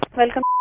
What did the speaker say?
Welcome